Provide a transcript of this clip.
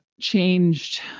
changed